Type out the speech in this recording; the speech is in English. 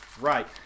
Right